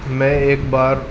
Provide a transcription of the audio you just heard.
میں ایک بار